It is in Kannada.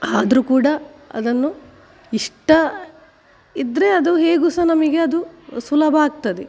ಆದರೂ ಕೂಡ ಅದನ್ನು ಇಷ್ಟ ಇದ್ದರೆ ಅದು ಹೇಗೂ ಸಹ ನಮಗೆ ಅದು ಸುಲಭ ಆಗ್ತದೆ